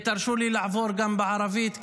תרשו לי לעבור לערבית,